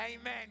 Amen